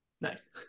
Nice